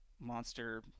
monster